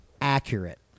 accurate